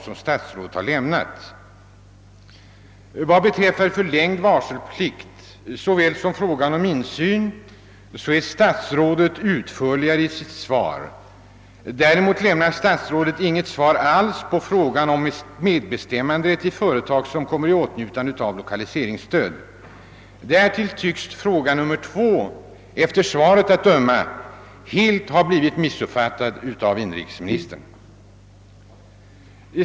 Vad den förlängda varselplikten beträffar och även när det gäller frågan om insyn är statsrådet ganska utförlig i sitt svar, medan han inte lämnar något svar alls på frågan om medbestämmanderätt i de företag som kommer i åtnjutande av lokaliseringsstöd. Dessutom tycks fråga nummer två efter svaret att döma ha blivit missuppfattad av inrikesministern.